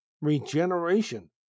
regeneration